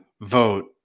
vote